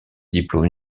diplôme